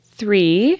three